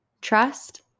trust